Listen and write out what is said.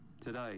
Today